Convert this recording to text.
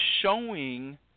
showing